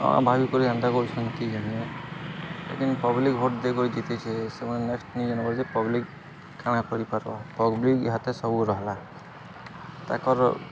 ହଁ ଭାବି କରି ଏନ୍ତା କରଛନ୍ତି ଯେନେ ପବ୍ଲିକ୍ ଭୋଟ ଦେ କରି ଜତିସେ ସେମାନେ ନେକ୍ସଟ ନି ଯେନେ ପବ୍ଲିକ୍ କାଣା କରିପାର୍ବ ପବ୍ଲିକ୍ ହାତେ ସବୁ ରହଲା ତାକର